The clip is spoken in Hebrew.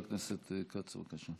חבר הכנסת כץ, בבקשה.